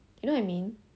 you know what I mean